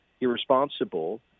irresponsible